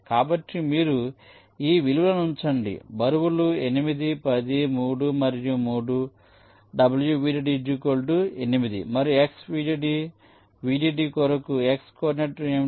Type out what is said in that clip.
కాబట్టి మీరు ఈ విలువలను ఉంచండి బరువులు 8 10 3 మరియు 3 w vdd 8 మరియు x vdd vdd కొరకు x కోఆర్డినేట్ ఏమిటి